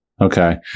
Okay